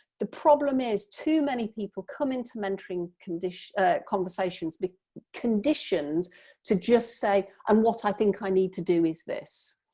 the problem is too many people come into mentoring conversations but conditioned to just say and what i think i need to do is this.